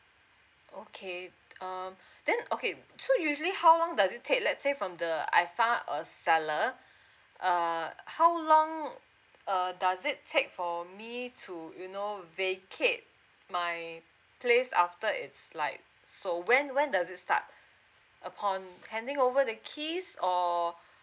oh okay um then okay so usually how long does it take let say from the I found a seller uh how long err does it take for me to you know vacate my place after it's like so when when does it start upon handing over the keys or